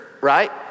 right